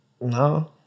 no